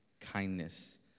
kindness